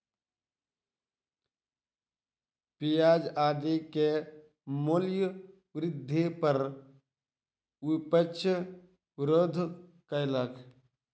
प्याज आदि के मूल्य वृद्धि पर विपक्ष विरोध कयलक